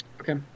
Okay